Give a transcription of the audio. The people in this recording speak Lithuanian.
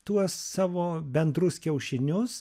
tuos savo bendrus kiaušinius